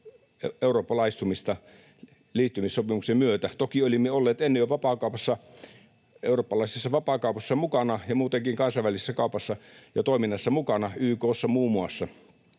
eurooppalaistumista liittymissopimuksen myötä. Toki olimme olleet ennen jo vapaakaupassa, eurooppalaisessa vapaakaupassa mukana ja muutenkin kansainvälisessä kaupassa ja toiminnassa mukana, YK:ssa muun muassa,